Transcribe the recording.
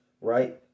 right